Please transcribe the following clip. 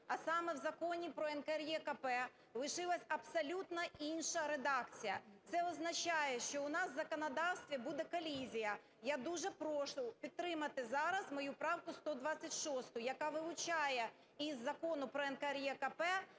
а саме в Законі про НКРЕКП, лишилась абсолютно інша редакція. Це означає, що у нас в законодавстві буде колізія. Я дуже прошу підтримати зараз мою правку 126, яка вилучає із Закону про НКРЕКП